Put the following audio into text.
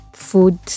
food